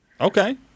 Okay